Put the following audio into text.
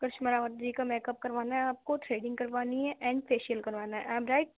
کرشما راوت جی کا make up کروانا ہے آپ کو تھریڈنگ کروانی ہے اینڈ فیشیل کروانا ہے آئی ایم رائٹ